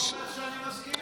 זה לא אומר שאני מסכים איתן.